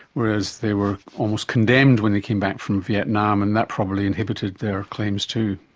whereas they were almost condemned when they came back from vietnam and that probably inhibited their claims too.